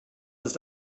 ist